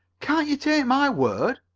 can't you take my word?